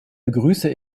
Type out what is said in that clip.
begrüße